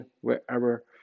wherever